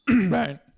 Right